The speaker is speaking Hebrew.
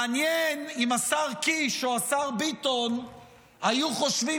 מעניין אם השר קיש או השר ביטון היו חושבים